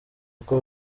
kuko